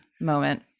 moment